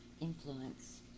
influence